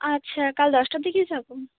আচ্ছা কাল দশটার দিকেই যাব